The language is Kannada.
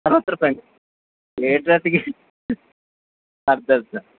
ಅರ್ವತ್ತು ರೂಪಾಯ್ ರೇಟ್ ಜಾಸ್ತಿಗೆ ಅರ್ಧ ಅರ್ಧ